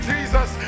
Jesus